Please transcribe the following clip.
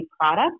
product